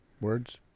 Words